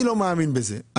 אני לא מאמין בזה.